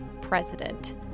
president